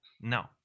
No